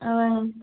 ஆ